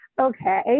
Okay